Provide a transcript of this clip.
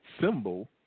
symbol